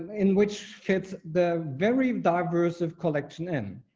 in which fits the very diverse of collection in